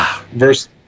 Verse